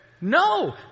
No